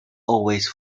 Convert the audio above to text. always